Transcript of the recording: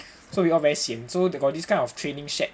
so we all very sian so they got this kind of training shed